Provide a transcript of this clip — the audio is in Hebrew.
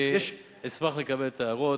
אני אשמח לקבל את ההערות.